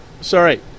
Sorry